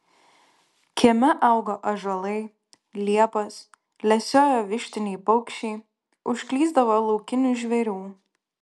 kieme augo ąžuolai liepos lesiojo vištiniai paukščiai užklysdavo laukinių žvėrių